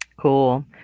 Cool